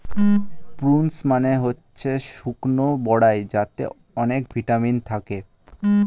prunes মানে হচ্ছে শুকনো বরাই যাতে অনেক ভিটামিন থাকে